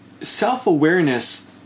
self-awareness